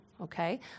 okay